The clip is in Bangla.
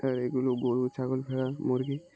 আর এগুলো গরু ছাগল ভেড়া মুরগি